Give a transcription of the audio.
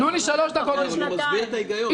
הוא מסביר את ההיגיון.